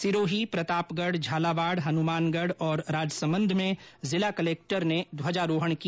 सिरोही प्रतापगढ़ झालावाड़ हनुमानगढ़ और राजसमंद में जिला कलेक्टर ने ध्वजारोहण किया